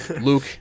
luke